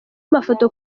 mafoto